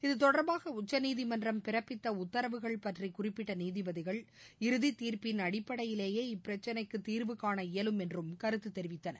இது தொடர்பாக உச்சநீதிமன்றம் பிறப்பித்த உத்தரவுகள் பற்றி குறிப்பிட்ட நீதிபதிகள் இறுதித் தீர்ப்பிள் அடிப்படையிலேயே இப்பிரச்சினைக்கு தீர்வுகாண இயலும் என்றும் கருத்து தெரிவித்தனர்